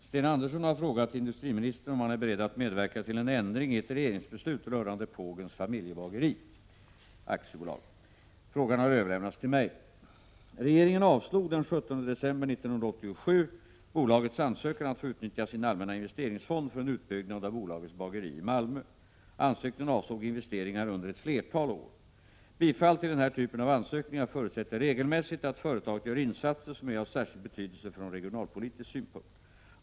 Herr talman! Sten Andersson i Malmö har frågat industriministern om han är beredd att medverka till en ändring i ett regeringsbeslut rörande Pågens Familjebageri AB. Frågan har överlämnats till mig. Regeringen avslog den 17 december 1987 bolagets ansökan om att få utnyttja sin allmänna investeringsfond för en utbyggnad av bolagets bageri i Malmö. Ansökningen avsåg investeringar under ett flertal år. Bifall till denna typ av ansökningar förutsätter regelmässigt att företaget gör insatser som är av särskild betydelse från regionalpolitisk synpunkt.